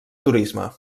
turisme